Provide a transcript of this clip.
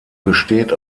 besteht